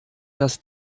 dass